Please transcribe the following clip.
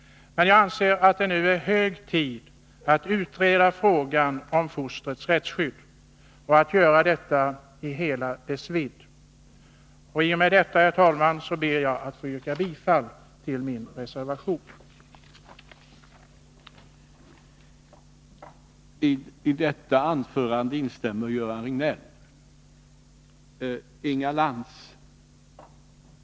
Men jag anser att det nu är hög tid att utreda frågan om fostrets rättsskydd i hela dess vidd. Med detta, herr talman, ber jag att få yrka bifall till reservation 2.